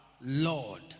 Lord